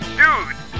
dude